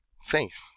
faith